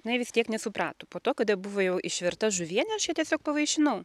jinai vis tiek nesuprato po to kada buvo jau išvirta žuvienė aš ją tiesiog pavaišinau